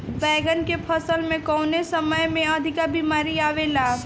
बैगन के फसल में कवने समय में अधिक बीमारी आवेला?